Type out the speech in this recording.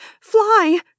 fly